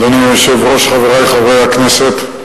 אדוני היושב-ראש, חברי חברי הכנסת,